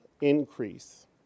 increase